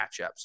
matchups